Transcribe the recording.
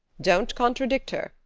don't contradict her.